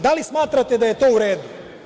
Da li smatrate da je to u redu?